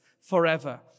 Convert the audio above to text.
forever